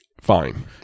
fine